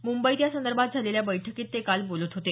मुंबईत यासंदर्भात झालेल्या बैठकीत ते काल बोलत होते